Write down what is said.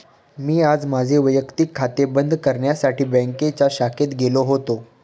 मी आज माझे वैयक्तिक खाते बंद करण्यासाठी बँकेच्या शाखेत गेलो होतो